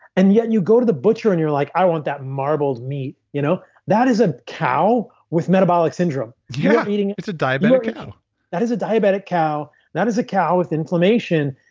and yet you go to the butcher and you're like, i want that marbled meat. you know that is a cow with metabolic syndrome yeah you're eating it's a diabetic cow that is a diabetic cow. that is a cow with inflammation.